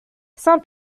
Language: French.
saint